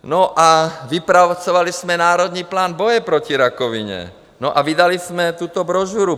No a vypracovali jsme Národní plán boje proti rakovině a vydali jsme tuto brožuru.